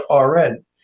RN